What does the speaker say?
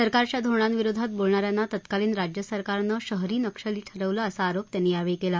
सरकारच्या धोरणांविरोधात बोलणाऱ्यांना तत्कालिन राज्य सरकारनं शहरी नक्षली ठरवलं असा आरोप त्यांनी यावेळी केला